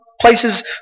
places